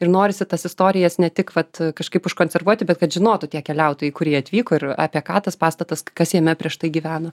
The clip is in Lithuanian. ir norisi tas istorijas ne tik vat kažkaip užkonservuoti bet kad žinotų tie keliautojai kurie atvyko ir apie ką tas pastatas kas jame prieš tai gyveno